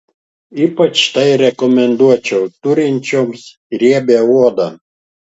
ypač tai rekomenduočiau turinčioms riebią odą